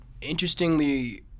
Interestingly